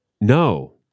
No